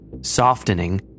softening